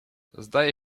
zdaje